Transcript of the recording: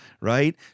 right